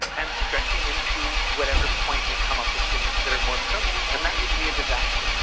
and stretching into whatever point we come up with things that are more permanent. and that would be a disaster,